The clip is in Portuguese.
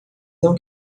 não